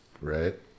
Right